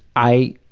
i,